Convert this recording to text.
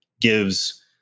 gives